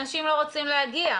אנשים לא רוצים להגיע.